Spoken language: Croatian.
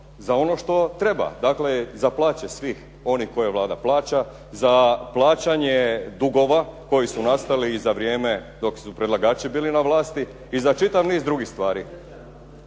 za ono što treba, dakle za plaće svih onih koje Vlada plaća, za plaćanje dugova koji su nastali i za vrijeme dok su predlagači bili na vlasti i za čitav niz drugih stvari.